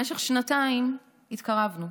במשך שנתיים התקרבנו.